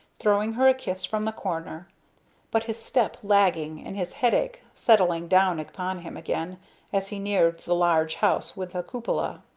throwing her a kiss from the corner but his step lagging and his headache settling down upon him again as he neared the large house with the cupola.